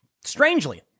Strangely